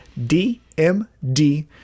DMD